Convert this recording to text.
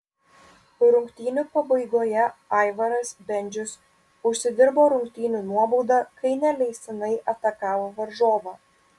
rungtynių pabaigoje aivaras bendžius užsidirbo rungtynių nuobaudą kai neleistinai atakavo varžovą